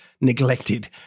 neglected